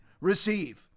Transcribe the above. receive